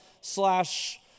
slash